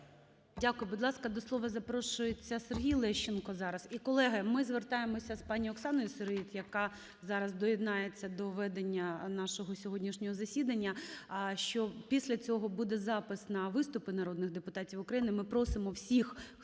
Дякую. Будь ласка, до слова запрошується Сергій Лещенко. І, колеги, ми звертаємося з пані Оксаною Сироїд, яка зараз доєднається до ведення нашого сьогоднішнього засідання, що після цього буде запис на виступи народних депутатів України. Ми просимо всіх,